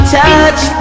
touch